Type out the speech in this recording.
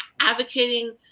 advocating